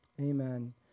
Amen